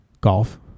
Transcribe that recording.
golf